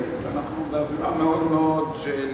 ואנחנו באווירה מאוד מאוד של,